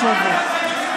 בושה.